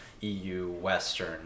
EU-Western